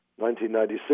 1996